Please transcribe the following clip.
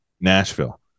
Nashville